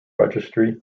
register